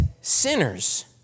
sinners